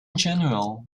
general